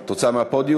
את רוצה מהפודיום?